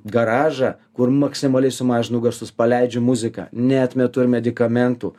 garažą kur maksimaliai sumažinu garsus paleidžiu muziką neatmetu ir medikamentų